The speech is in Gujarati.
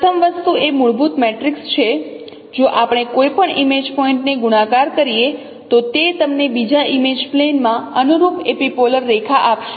પ્રથમ વસ્તુ એ મૂળભૂત મેટ્રિક્સ છે જો આપણે કોઈપણ ઇમેજ પોઇન્ટ ને ગુણાકાર કરીએ તો તે તમને બીજા ઇમેજ પ્લેન માં અનુરૂપ એપિપોલર રેખા આપશે